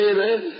Amen